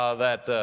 ah that,